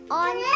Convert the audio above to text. on